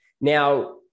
Now